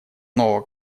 нового